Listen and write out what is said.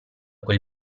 quel